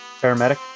Paramedic